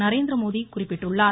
நரேந்திரமோடி குறிப்பிட்டுள்ளார்